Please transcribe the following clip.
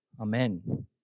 Amen